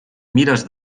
mires